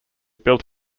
built